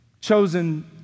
chosen